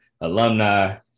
alumni